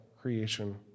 creation